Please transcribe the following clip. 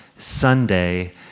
Sunday